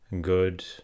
good